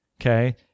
okay